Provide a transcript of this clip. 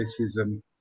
racism